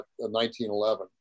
1911